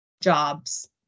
jobs